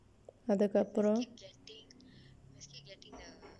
அதுக்கு அப்புறம்:athukku appuram